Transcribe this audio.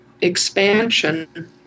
expansion